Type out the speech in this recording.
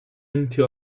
into